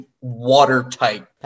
watertight